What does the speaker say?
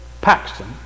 Paxton